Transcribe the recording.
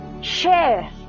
share